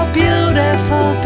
beautiful